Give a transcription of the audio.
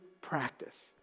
practice